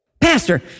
Pastor